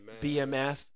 BMF